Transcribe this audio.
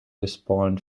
respond